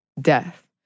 Death